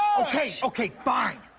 okay, okay, fine.